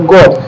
God